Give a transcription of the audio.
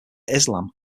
islam